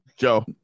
Joe